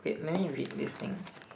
wait let me read this thing